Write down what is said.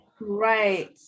Right